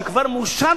שכבר מאושר,